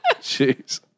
jeez